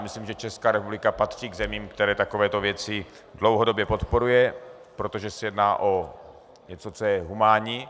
Myslím si, že Česká republika patří k zemím, které takovéto věci dlouhodobě podporuje, protože se jedná o něco, co je humánní.